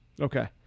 Okay